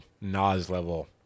Nas-level